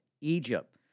Egypt